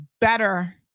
better